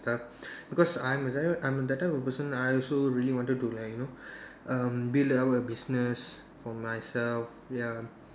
stuff because I'm I tell you I'm that type of person I also really wanted to you know um build up a business for myself ya